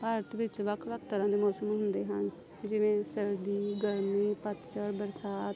ਭਾਰਤ ਵਿੱਚ ਵੱਖ ਵੱਖ ਤਰ੍ਹਾਂ ਦੇ ਮੌਸਮ ਹੁੰਦੇ ਹਨ ਜਿਵੇਂ ਸਰਦੀ ਗਰਮੀ ਪੱਤਝੜ ਬਰਸਾਤ